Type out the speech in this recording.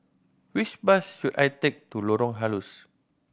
which bus should I take to Lorong Halus